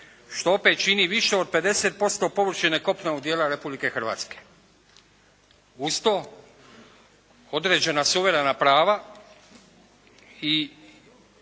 što opet čini više od 50% površine kopna u dijela Republike Hrvatske. Uz to određena suverena prava i